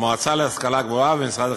המועצה להשכלה גבוהה ומשרד החינוך.